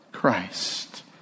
Christ